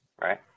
Right